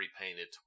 repainted